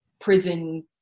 prison